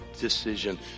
decision